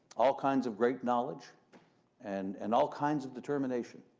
all kinds of great knowledge and and all kinds of determination.